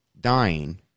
dying